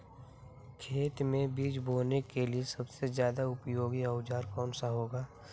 खेत मै बीज बोने के लिए सबसे ज्यादा उपयोगी औजार कौन सा होगा?